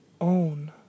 own